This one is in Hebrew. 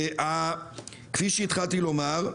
כפי שהתחלתי לומר,